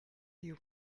you